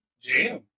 jam